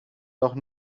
doch